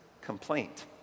Complaint